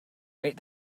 rate